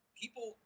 people